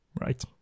right